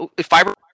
fiber